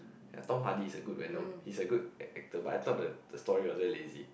Tom-Hardy is a good venom he was a good actor but I thought the the story was very lazy